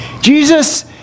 Jesus